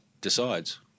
Decides